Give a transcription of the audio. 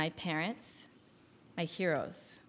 my parents my heroes